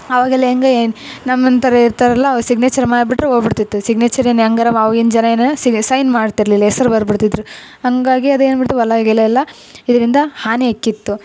ಆವಾಗೆಲ್ಲ ಹೆಂಗೇ ನಮ್ಮಂತರು ಇರ್ತಾರಲ್ಲ ಅವ್ರು ಸಿಗ್ನೇಚರ್ ಮಾಡಿಬಿಟ್ರೆ ಹೋಗ್ಬಿಡ್ತಿತ್ತು ಸಿಗ್ನೇಚರ್ ಏನು ಹೆಂಗಾರ ಮಾ ಆವ್ಗಿನ ಜನ ಏನು ಸಿಗ್ ಸೈನ್ ಮಾಡ್ತಿರಲಿಲ್ಲ ಹೆಸ್ರ್ ಬರ್ದು ಬಿಡ್ತಿದ್ದರು ಹಂಗಾಗಿ ಅದು ಏನಾಗಿಬಿಡ್ತು ಹೊಲ ಗಿಲ ಎಲ್ಲ ಇದರಿಂದ ಹಾನಿ ಆಗಿತ್ತು